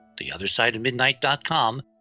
theothersideofmidnight.com